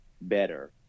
better